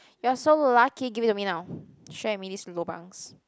you're so lucky give it to me now share with me this lobangs